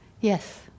Yes